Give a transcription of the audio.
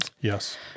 Yes